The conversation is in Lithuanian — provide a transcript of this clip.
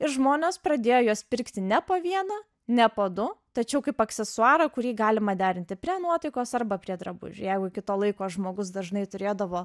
ir žmonės pradėjo juos pirkti ne po vieną ne po du tačiau kaip aksesuarą kurį galima derinti prie nuotaikos arba prie drabužių jeigu iki to laiko žmogus dažnai turėdavo